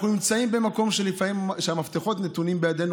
אנחנו נמצאים במקום שלפעמים המפתחות נתונים בידינו,